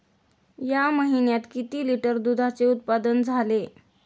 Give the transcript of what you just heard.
या महीन्यात किती लिटर दुधाचे उत्पादन झाले?